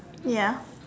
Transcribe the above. ya